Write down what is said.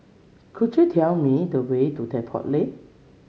could you tell me the way to Depot Lane